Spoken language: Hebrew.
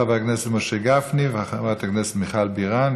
חבר הכנסת משה גפני וחברת הכנסת מיכל בירן,